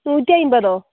നൂറ്റി അൻപതോ